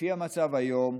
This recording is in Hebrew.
לפי המצב היום,